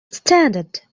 standard